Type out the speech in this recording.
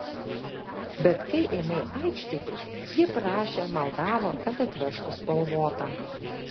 bet kai ėmei aikštytis ji prašė maldavo kad atvežtų spalvotą